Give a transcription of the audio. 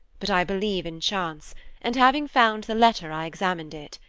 but i believe in chance and having found the letter, i examined it.